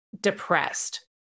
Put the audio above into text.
depressed